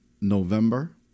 November